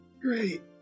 Great